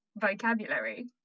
vocabulary